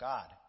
God